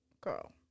girl